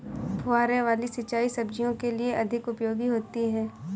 फुहारे वाली सिंचाई सब्जियों के लिए अधिक उपयोगी होती है?